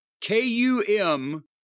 k-u-m